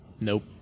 Nope